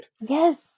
Yes